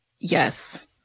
Yes